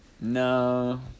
No